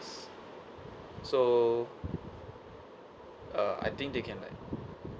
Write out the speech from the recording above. so uh I think they can like